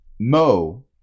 Mo